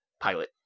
pilot